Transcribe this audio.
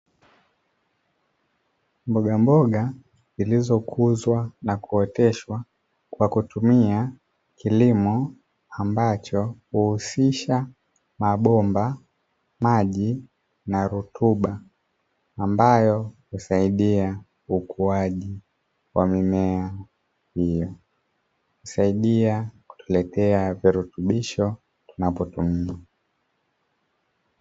Mbogamboga zilizokuzwa na kuoteshwa kwa kutumia kilimo ambacho huusisha mabomba, maji na rutuba, ambayo husaidia ukuaji wa mimea hiyo, husaidia kutuletea virutubisho na kutumika.